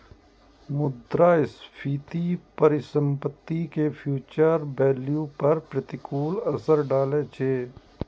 मुद्रास्फीति परिसंपत्ति के फ्यूचर वैल्यू पर प्रतिकूल असर डालै छै